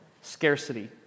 Scarcity